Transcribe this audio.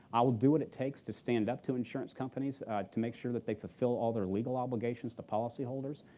i will do what it takes to stand up to insurance companies to make sure that they fulfill all of their legal obligations to policyholders.